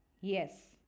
Yes